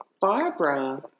Barbara